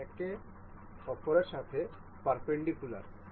সুতরাং আমরা যে দুটি ফেস নির্বাচন করেছি তা এখন একে অপরের সাথে পারপেন্ডিকুলার